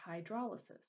hydrolysis